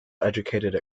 educated